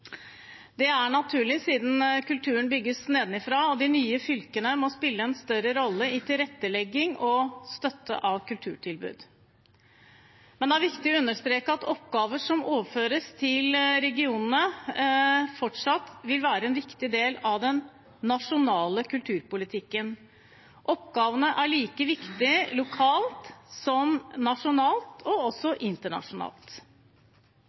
Det er naturlig siden kulturen bygges nedenifra, og de nye fylkene må spille en større rolle i tilrettelegging og støtte av kulturtilbud. Men det er viktig å understreke at oppgaver som overføres til regionene, fortsatt vil være en viktig del av den nasjonale kulturpolitikken. Oppgavene er like viktige lokalt som nasjonalt, og